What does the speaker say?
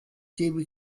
gebe